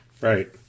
right